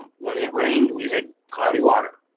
when it rained, we had cloudy water,